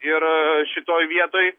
ir šitoj vietoj